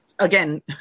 again